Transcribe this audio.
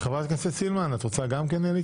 חברת הכנסת סילמן, את רוצה להתייחס?